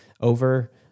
over